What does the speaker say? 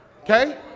Okay